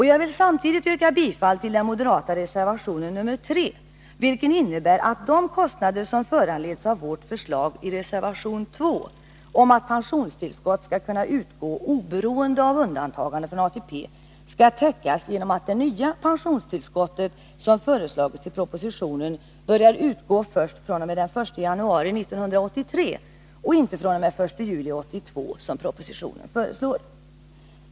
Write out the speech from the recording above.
Jag vill samtidigt yrka bifall till den moderata reservationen nr 3, vilken innebär att de kostnader som föranleds av vårt förslag i reservation nr 2 om att pensionstillskott skall kunna utgå oberoende av undantagande från ATP skall täckas genom att det nya pensionstillskottet, som föreslagits i propositionen, börjar utgå först fr.o.m. den 1 januari 1983 och inte fr.o.m. den 1 juli 1982, som föreslås i propositionen.